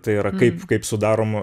tai yra kaip kaip sudaroma